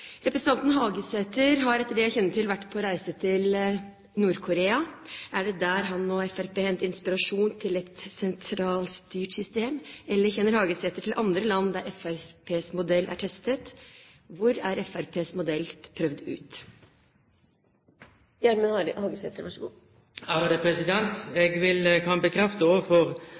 Representanten Hagesæter har etter det jeg kjenner til, vært på reise til Nord-Korea. Er det der han og Fremskrittspartiet henter inspirasjon til et sentralstyrt system, eller kjenner Hagesæter til andre land der Fremskrittspartiets modell er testet? Hvor er Fremskrittspartiets modell prøvd ut? Eg kan bekrefte overfor